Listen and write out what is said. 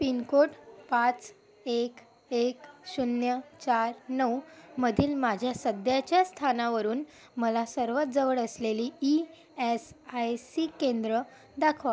pin code पाच एक एक शून्य चार नऊमधील माझ्या सध्याच्या स्थानावरून मला सर्वात जवळ असलेली ई एस आय सी केंद्र दाखवा